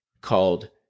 called